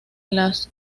las